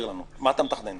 מה אתה מתכנן?